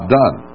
done